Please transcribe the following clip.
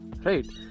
Right